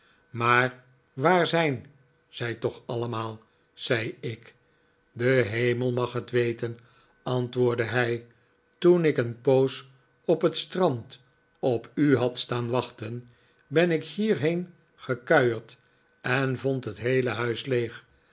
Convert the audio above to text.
maar waar zijn zij toch allemaal zei ik de hemel mag het weten antwoordde hij toen ik een poos op het strand op u had staan wachteh ben ik hierheen gekuierd en vond het heele huis leeg